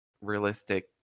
realistic